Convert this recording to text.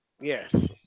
Yes